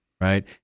Right